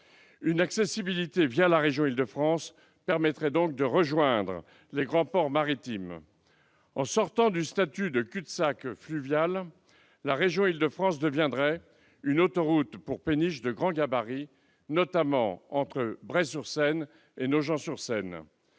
Une accessibilité la région d'Île-de-France permettrait de rejoindre les grands ports maritimes. En sortant du statut de cul-de-sac fluvial, la région d'Île-de-France deviendrait, d'ici à 2024, une autoroute pour péniches de grand gabarit, notamment entre Bray-sur-Seine et Nogent-sur-Seine,